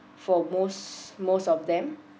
for most most of them